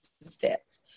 steps